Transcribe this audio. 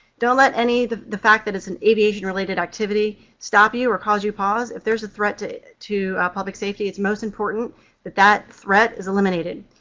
don't let the the fact that it's an aviation-related activity stop you or cause you pause. if there's a threat to to public safety, it's most important that that threat is eliminated.